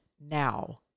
now